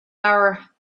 hour